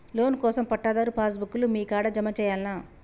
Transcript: Loan కోసం పట్టాదారు pass book లు మీ కాడా జమ చేయల్నా?